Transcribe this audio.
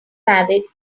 married